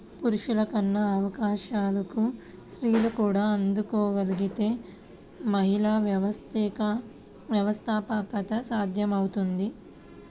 పురుషులకున్న అవకాశాలకు స్త్రీలు కూడా అందుకోగలగితే మహిళా వ్యవస్థాపకత సాధ్యమవుతుంది